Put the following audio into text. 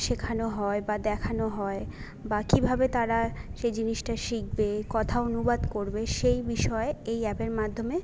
শেখানো হয় বা দেখানো হয় বা কীভাবে তারা সে জিনিসটা শিখবে কথা অনুবাদ করবে সেই বিষয়ে এই অ্যাপের মাধ্যমে